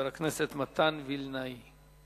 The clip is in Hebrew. חבר הכנסת מתן וילנאי.